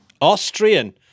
Austrian